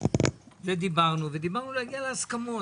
זה דיברנו על להגיע להסכמות,